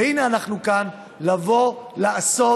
והינה אנחנו כאן כדי לבוא לעשות,